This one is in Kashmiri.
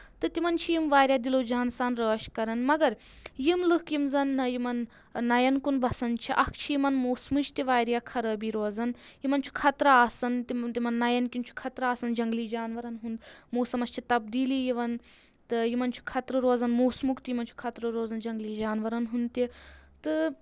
تہٕ تِمَن چھِ یِم واریاہ دِلو جانہٕ سان رٲچھۍ کران مگر یِم لُکھ یِم زَن یِمَن نیَن کُن بَسان چھِ اَکھ چھِ یِمَن موسمٕچۍ تہِ واریاہ خرٲبی روزن یِمن چھُ خطرٕ آسان تِم تِمن نیَن کِنۍ چھُ خطر آسان جنٛگلی جانورَن ہُنٛد موسمَس چھِ تبدیٖلی یِوان تہٕ یِمن چھُ خطرٕ روزان موسمُک تہِ یِمَن چھُ خطرٕ روزان جنٛگلی جانورَن ہُنٛد تہِ تہٕ